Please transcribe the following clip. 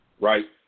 right